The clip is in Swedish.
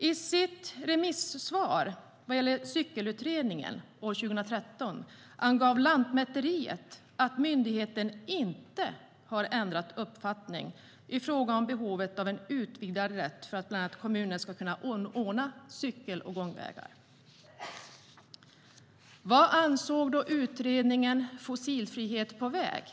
I sitt remissvar på Cyklingsutredningen år 2013 angav Lantmäteriet att myndigheten inte hade ändrat uppfattning i fråga om behovet av en utvidgad rätt för bland annat kommuner att anordna gång och cykelvägar. Vad ansåg man då i utredningen Fossilfrihet på väg ?